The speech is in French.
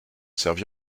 servi